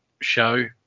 show